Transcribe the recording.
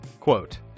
Quote